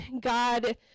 God